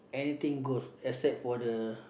anything goes except for the